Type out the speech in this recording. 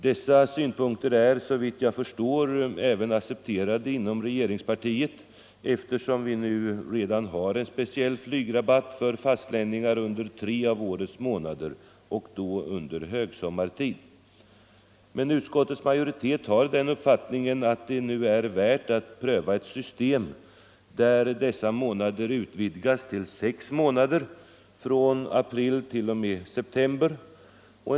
Dessa synpunkter är såvitt jag förstår också accepterade inom regeringspartiet, eftersom vi ju redan nu har en speciell flygrabatt för fastlänningar under tre av årets månader under högsommartid. Utskottets majoritet har den uppfattningen att det nu är värt att pröva ett system där rabatteringen utvidgas att gälla i sex månader, från den 1 april t.o.m. den 30 september.